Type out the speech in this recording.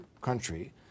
country